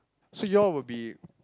so you all will be